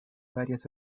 varias